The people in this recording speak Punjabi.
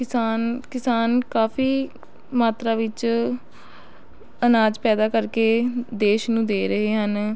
ਕਿਸਾਨ ਕਿਸਾਨ ਕਾਫੀ ਮਾਤਰਾ ਵਿੱਚ ਅਨਾਜ ਪੈਦਾ ਕਰਕੇ ਦੇਸ਼ ਨੂੰ ਦੇ ਰਹੇ ਹਨ